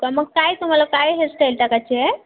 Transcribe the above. पण मग काय तुम्हाला काय हेअरस्टाइल टाकायची आहे